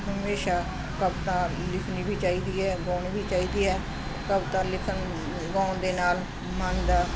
ਹਮੇਸ਼ਾ ਕਵਿਤਾ ਲਿਖਣੀ ਵੀ ਚਾਹੀਦੀ ਹੈ ਗਾਉਣੀ ਵੀ ਚਾਹੀਦੀ ਹੈ ਕਵਿਤਾ ਲਿਖਣ ਗਾਉਣ ਦੇ ਨਾਲ ਮਨ ਦਾ